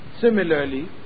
Similarly